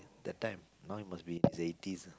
that time now he must in his eighties